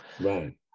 Right